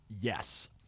Yes